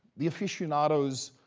the aficionados